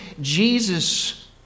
Jesus